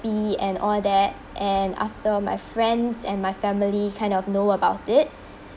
and all that and after all my friends and my family kind of know about it